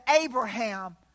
Abraham